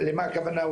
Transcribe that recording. למה הכוונה,